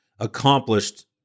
accomplished